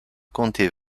compté